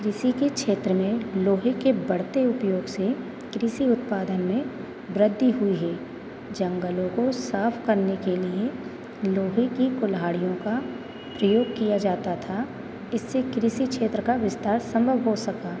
कृषि के क्षेत्र में लोहे के बढ़ते उपयोग से कृषि उत्पादन में वृद्धि हुई हे जंगलों को साफ करने के लिए लोहे की कुल्हाड़ियों का प्रयोग किया जाता था इससे कृषि क्षेत्र का विस्तार संभव हो सका